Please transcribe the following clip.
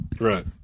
Right